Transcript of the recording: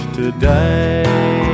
today